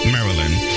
Maryland